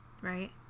right